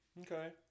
Okay